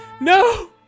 No